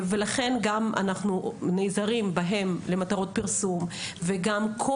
אנחנו נעזרים בהם למטרות פרסום וגם כל